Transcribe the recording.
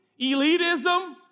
elitism